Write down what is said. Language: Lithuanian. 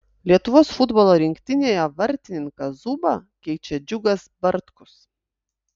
lietuvos futbolo rinktinėje vartininką zubą keičia džiugas bartkus